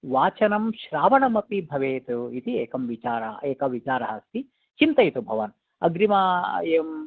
वाचनं श्रावणमपि भवेत् इति एकः विचारः एकः विचारः अस्ति चिन्तयतु भवान् अग्रिम आ